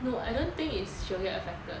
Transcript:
no I don't think it's she will get affected